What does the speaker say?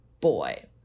boy